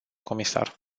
comisar